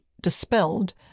dispelled